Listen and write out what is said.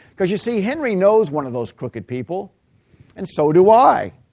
because you see henry knows one of those crooked people and so do i.